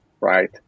right